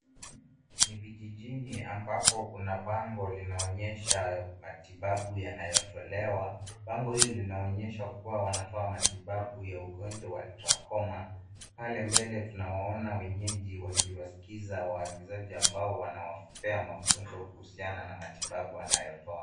Ni vijijini ambapo kuna bango linaonyesha matibabu yanayotolewa. Bango hili linaonyesha kua wanatoa matibabu ya ugonjwa wa trakoma. Pale mbele tunawaona wenyeji wakiwasikiza waagizaji ambao wanawapea mafunzo kuhusiana na matibabu wanayotoa.